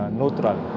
neutral